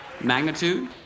Magnitude